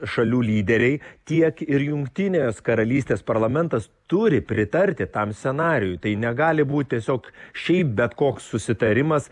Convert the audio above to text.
šalių lyderiai tiek ir jungtinės karalystės parlamentas turi pritarti tam scenarijui tai negali būt tiesiog šiaip bet koks susitarimas